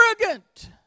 arrogant